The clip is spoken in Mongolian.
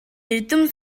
эрдэм